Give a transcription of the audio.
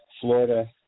Florida